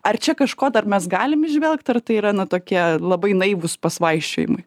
ar čia kažko dar mes galim įžvelgt ar tai yra na tokie labai naivūs pasvaičiojimai